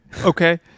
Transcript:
Okay